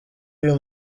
uyu